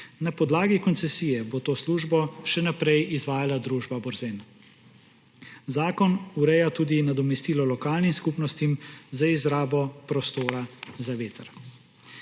Na podlagi koncesije bo to službo še naprej izvajala družba Borzen. Zakon ureja tudi nadomestilo lokalnim skupnostim za izrabo prostora za veter.